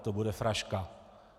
To bude fraška!